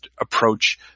approach